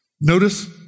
Notice